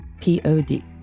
P-O-D